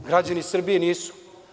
Građani Srbije nisu.